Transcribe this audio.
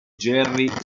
jerry